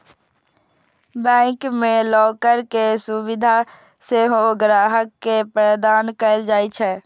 bank मे locker के सुविधा सेहो ग्राहक के प्रदान कैल जाइ छै